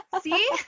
See